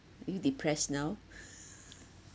are you depressed now